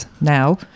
now